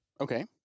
okay